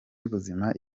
y’ubuzima